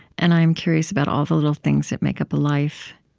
and i am curious about all the little things that make up a life.